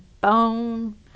bone